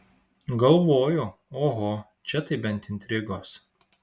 galvojau oho čia tai bent intrigos